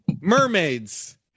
Mermaids